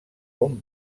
bon